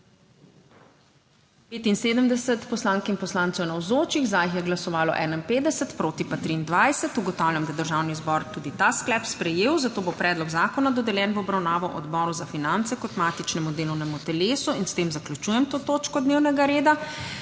za jih je glasovalo 51, proti pa 23. (Za je glasovalo 51.) (Proti 23.) Ugotavljam, da je Državni zbor tudi ta sklep sprejel, zato bo predlog zakona dodeljen v obravnavo Odboru za finance kot matičnemu delovnemu telesu. In s tem zaključujem to točko dnevnega reda.